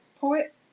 poet